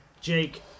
Jake